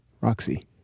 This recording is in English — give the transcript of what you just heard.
Roxy